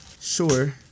sure